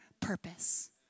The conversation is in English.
purpose